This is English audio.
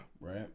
Right